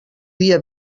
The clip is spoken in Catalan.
dia